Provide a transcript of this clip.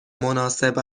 مناسب